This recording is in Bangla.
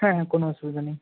হ্যাঁ হ্যাঁ কোনো অসুবিধা নেই